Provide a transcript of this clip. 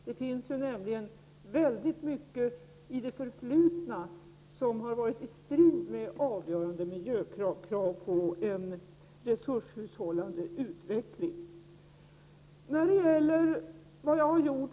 Det finns nämligen mycket i det förflutna som har varit i strid med avgörande krav på en resurshushållande utveckling när det gäller miljön.